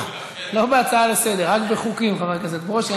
לא בהצעה לסדר-היום, רק בחוקים, חבר הכנסת ברושי.